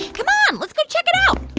come on. let's go check it out.